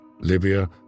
Libya